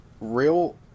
Real